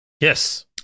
Yes